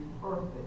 perfect